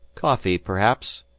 coffee, perhaps,